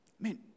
man